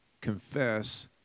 confess